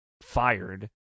fired